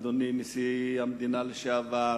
אדוני נשיא המדינה לשעבר,